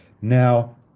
now